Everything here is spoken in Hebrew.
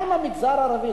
מה עם המגזר הערבי?